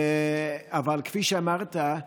אבל כפי שאמרת,